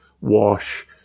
wash